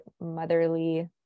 motherly